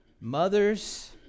Mothers